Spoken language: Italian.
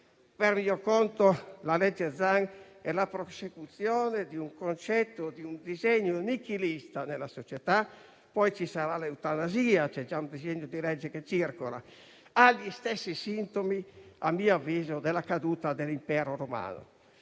Per mio conto, la legge Zan è la prosecuzione di un concetto e di un disegno nichilista della società; poi ci sarà l'eutanasia (c'è già un disegno di legge che circola). Ci sono gli stessi sintomi, a mio avviso, della caduta dell'Impero romano.